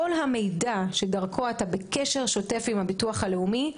כל המידע שדרכו אתה בקשר שוטף עם הביטוח הלאומי,